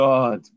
God